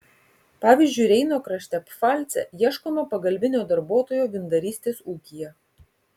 pavyzdžiui reino krašte pfalce ieškoma pagalbinio darbuotojo vyndarystės ūkyje